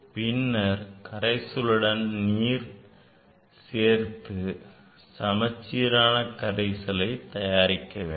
பின்னர் கரைசலுடன் நீர் சேர்த்து சமச்சீரான கரைசலை தயாரிக்க வேண்டும்